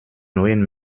neuen